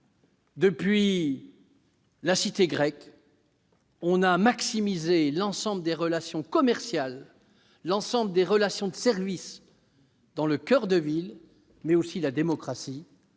depuis la cité grecque, on a toujours concentré l'ensemble des relations commerciales, l'ensemble des relations liées aux services dans le coeur de ville, mais aussi la démocratie,